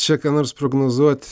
čia ką nors prognozuot